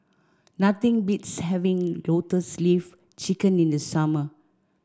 nothing beats having Lotus Leaf Chicken in the summer